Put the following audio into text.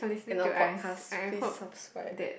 and our podcast please subscribe